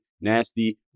nasty